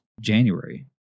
January